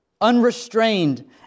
unrestrained